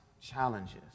challenges